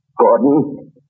Gordon